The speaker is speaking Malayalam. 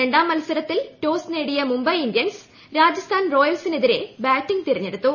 രണ്ടാം മത്സരത്തിൽ ടോസ് ്നേടിയ മുംബൈ ഇന്ത്യൻസ് രാജസ്ഥാൻ റോയൽസിനെതിരെ ബാറ്റിംഗ് തെരഞ്ഞെടുത്തു